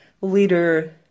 leader